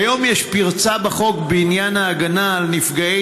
כיום יש פרצה בחוק בעניין ההגנה על נפגעי